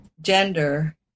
gender